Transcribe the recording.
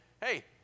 Hey